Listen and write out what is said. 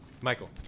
Michael